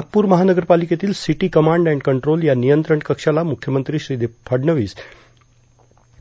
नागपूर महानगर पालिकेतील city command and control या नियंत्रण कक्षाला मुख्यमंत्री श्री फडणवीस